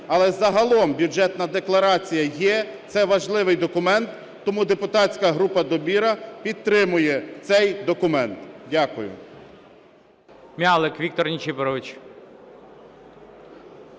Але загалом Бюджетна декларація є – це важливий документ. Тому депутатська група "Довіра" підтримує цей документ. Дякую.